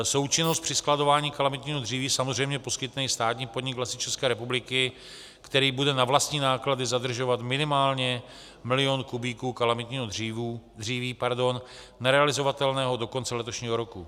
Součinnost při skladování kalamitního dříví samozřejmě poskytne i státní podnik Lesy České republiky, který bude na vlastní náklady zadržovat minimálně milion kubíků kalamitního dříví nerealizovatelného do konce letošního roku.